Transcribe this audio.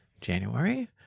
January